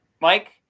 Mike